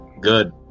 Good